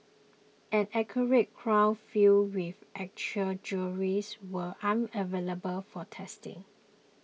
an actual crown filled with actual jewels were unavailable for testing